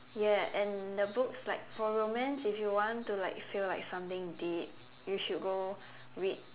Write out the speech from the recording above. ya and the books like for romance if you want to like feel like something deep you should go read